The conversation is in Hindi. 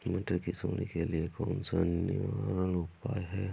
मटर की सुंडी के लिए कौन सा निवारक उपाय है?